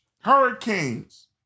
hurricanes